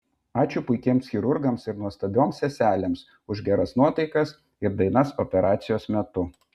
ačiū puikiems chirurgams ir nuostabioms seselėms už geras nuotaikas ir dainas operacijos metu